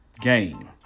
game